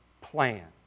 plan